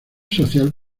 social